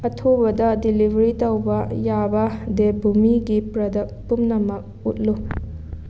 ꯑꯊꯨꯕꯗ ꯗꯦꯂꯤꯚꯔꯤ ꯇꯧꯕ ꯌꯥꯕ ꯗꯦꯕꯚꯨꯃꯤ ꯒꯤ ꯄ꯭ꯔꯗꯛ ꯄꯨꯝꯅꯃꯛ ꯎꯠꯂꯨ